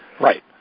right